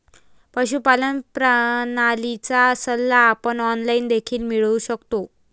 पशुपालन प्रणालीचा सल्ला आपण ऑनलाइन देखील मिळवू शकतो